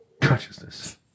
consciousness